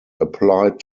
applied